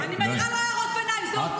אני לא מתייחס אליה,